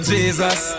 Jesus